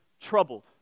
troubled